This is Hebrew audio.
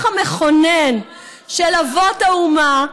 המסמך המכונן של אבות האומה,